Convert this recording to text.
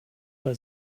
bei